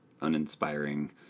uninspiring